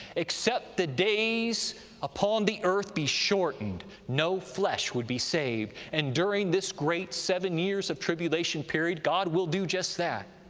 except the days upon the earth be shortened, no flesh would be saved, and during this great seven years of tribulation period god will do just that,